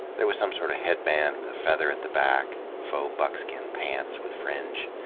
there was some sort of headband with a feather at the back, faux buckskin pants with fringe,